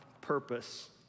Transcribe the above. purpose